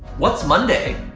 what's monday?